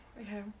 okay